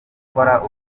gukora